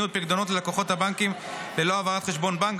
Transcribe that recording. ניוד פיקדונות ללקוחות הבנקים ללא העברת חשבון בנק),